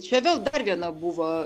čia vėl dar viena buvo